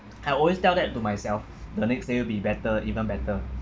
I always tell that to myself the next year it'll be better even better